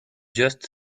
just